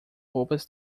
roupas